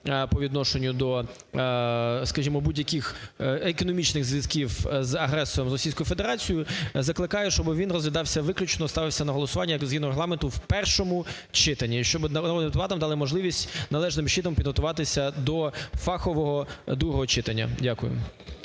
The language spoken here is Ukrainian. по відношенню до, скажімо, будь-яких економічних зв'язків з агресором, з Російською Федерацією. Закликаю, щоби він розглядався виключно, ставився на голосування як згідно Регламенту в першому читанні, щоб народним депутатам дали можливість належним чином підготуватися до фахового другого читання. Дякую.